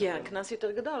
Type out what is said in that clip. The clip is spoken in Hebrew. כי הקנס יותר גדול,